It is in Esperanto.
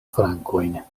frankojn